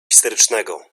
histerycznego